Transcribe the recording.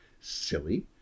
silly